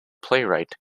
playwright